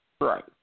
Right